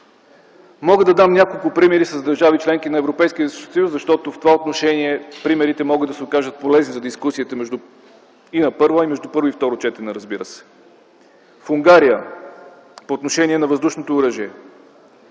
Мога да дам няколко примера с държави – членки на Европейския съюз, защото в това отношение примерите могат да се окажат полезни за дискусията между първо и второ четене. В Унгария по отношение на въздушното оръжие